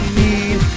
need